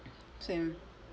same